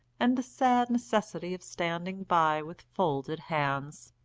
and the sad necessity of standing by with folded hands.